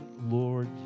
Lord